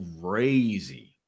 crazy